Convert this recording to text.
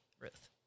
Ruth